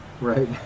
Right